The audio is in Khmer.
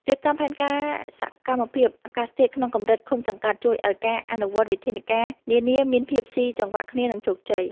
រៀបចំផែនការសកម្មភាពអាកាសធាតុក្នុងកម្រិតឃុំសង្កាត់ជួយឱ្យការអនុវត្តវិធានការនានាមានភាពស៊ីចង្វាក់គ្នា និង ជោគជ័យ។